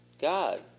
God